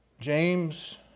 James